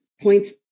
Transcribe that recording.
points